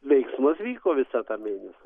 veiksmas vyko visą tą mėnesį